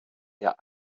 der